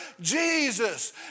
Jesus